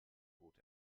bot